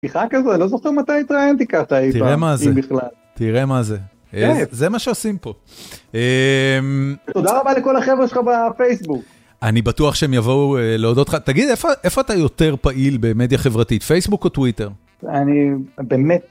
שיחה כזו, אני לא זוכר מתי התראיינתי ככה. תראה מה זה. אם בכלל. תראה מה זה. כן. זה מה שעושים פה. אממ תודה רבה לכל החבר'ה שלך בפייסבוק. אני בטוח שהם יבואו להודות לך. תגיד, איפה אתה יותר פעיל במדיה חברתית, פייסבוק או טוויטר? אני באמת...